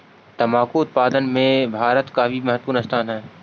तंबाकू उत्पादन में भारत का भी महत्वपूर्ण स्थान हई